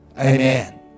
Amen